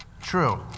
True